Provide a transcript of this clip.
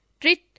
trit